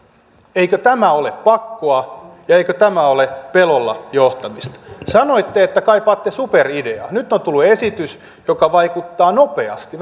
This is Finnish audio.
eikö tämä ole pakkoa ja eikö tämä ole pelolla johtamista sanoitte että kaipaatte superideaa nyt on tullut esitys joka vaikuttaa nopeasti